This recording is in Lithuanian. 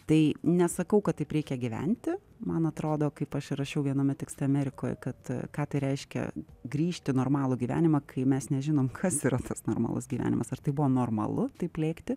tai nesakau kad taip reikia gyventi man atrodo kaip aš ir rašiau viename tekste amerikoj kad ką tai reiškia grįžt į normalų gyvenimą kai mes nežinom kas yra tas normalus gyvenimas ar tai buvo normalu taip lėkti